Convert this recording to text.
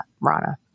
Rana